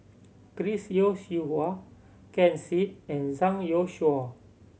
Chris Yeo Siew Hua Ken Seet and Zhang Youshuo